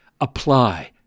apply